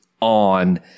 on